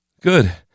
Good